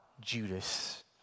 Judas